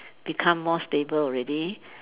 become more stable already